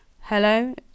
Hello